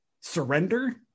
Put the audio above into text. surrender